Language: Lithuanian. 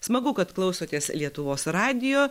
smagu kad klausotės lietuvos radijo